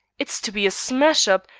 it's to be a smash up,